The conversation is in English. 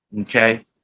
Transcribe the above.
okay